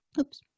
Oops